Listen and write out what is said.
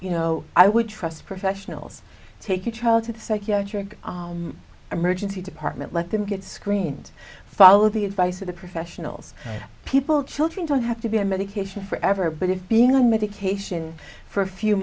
you know i would trust professionals take your child to the psychiatric emergency department let them get screened follow the advice of the professionals people children don't have to be on medication forever but if being on medication for a few